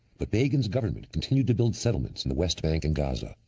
but begin's government continued to build settlements in the west bank and gaza.